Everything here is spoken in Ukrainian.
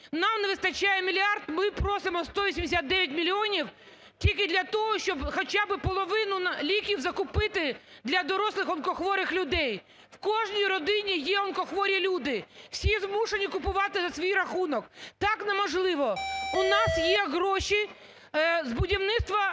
Нам не вистачає мільярд, ми просимо 179 мільйонів тільки для того, щоб хоча би половину ліків закупити для дорослих онкохворих людей. В кожній родині є онкохворі люди, всі змушені купувати за свій рахунок. Так не можливо! У нас є гроші з будівництва